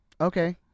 Okay